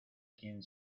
quien